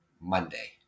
Monday